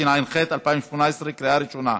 התשע"ח 2018, לקריאה ראשונה.